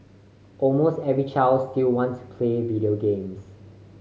almost every child still want to play video games